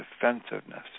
defensiveness